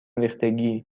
ریختگی